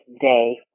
day